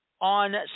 on